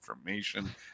information